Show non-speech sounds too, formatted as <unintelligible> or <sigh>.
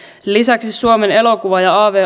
lisäksi suomen elokuva ja av <unintelligible>